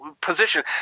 position